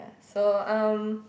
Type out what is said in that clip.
yeah so um